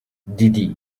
diddy